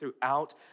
throughout